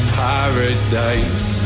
paradise